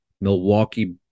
Milwaukee